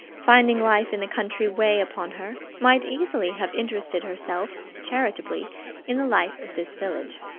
finding life in the country weigh upon her, might easily have interested herself charitably in the life of this village.